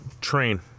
train